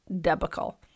debacle